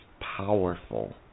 powerful